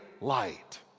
light